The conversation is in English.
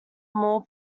more